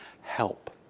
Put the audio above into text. help